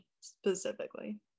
specifically